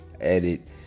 edit